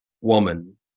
woman